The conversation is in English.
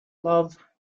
love